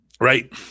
Right